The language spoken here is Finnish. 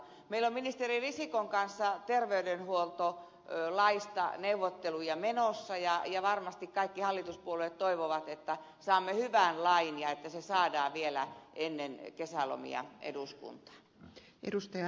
meillä on ministeri risikon kanssa terveydenhuoltolaista neuvotteluja menossa ja varmasti kaikki hallituspuolueet toivovat että saamme hyvän lain ja että se saadaan vielä ennen kesälomia eduskuntaan